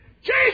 Jesus